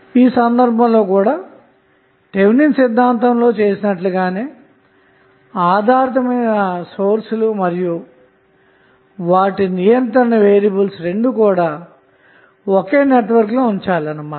ఈ సందర్భంలో కూడా థెవెనిన్ సిద్ధాంతం లో చేసినట్లుగానే ఆధారితమైన రిసోర్స్ లు మరియు వాటి నియంత్రణ వేరియబుల్స్ రెండూ కూడా ఒకే నెట్వర్క్లో ఉండాలన్నమాట